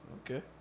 Okay